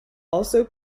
also